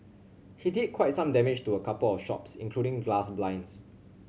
he did quite some damage to a couple of shops including glass blinds